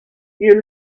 you